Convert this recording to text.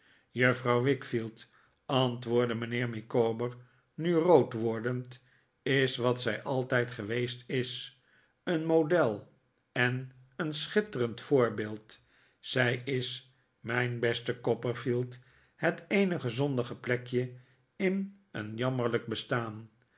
juffrouw wickfield antwoordde mijnheer micawber nu rood wordend is wat zij altijd geweest is een model en een schitterend voorbeeld zij is mijn beste copperfield het eenige zonnige plekje in een jammerlijk bestaan